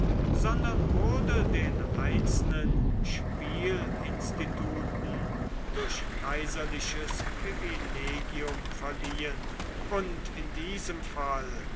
sondern wurde den einzelnen spielinstituten durch kaiserliches privilegium verliehen und in diesem fall